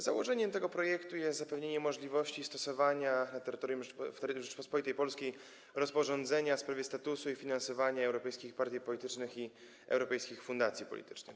Założeniem tego projektu jest zapewnienie możliwości stosowania na terytorium Rzeczypospolitej Polskiej rozporządzenia w sprawie statusu i finansowania europejskich partii politycznych i europejskich fundacji politycznych.